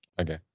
Okay